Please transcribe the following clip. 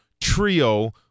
trio –